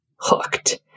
hooked